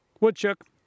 Woodchuck